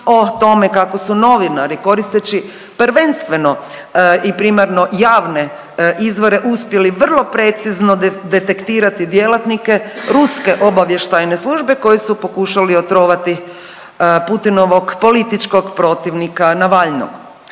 o tome kako su novinari, koristeći prvenstveno i primarno javne izvore uspjeli vrlo precizno detektirati djelatnike ruske obavještajne službe koji su pokušali otrovati Putinovog političkog protivnika Navalknog.